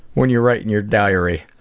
when you're writin' your diary.